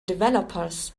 developers